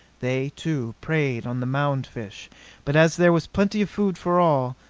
they, too, preyed on the mound-fish but as there was plenty of food for all,